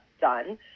done